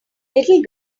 little